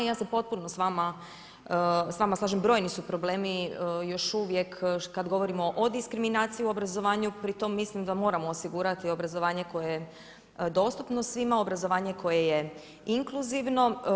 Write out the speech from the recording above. I ja se potpuno slažem s vama, brojni su problemi još uvijek kad govorimo o diskriminaciji u obrazovanju pri tom mislim da moramo osigurati obrazovanje koje je dostupno svima, obrazovanje koje je inkluzivno.